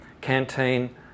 Canteen